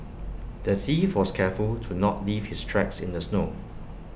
the thief was careful to not leave his tracks in the snow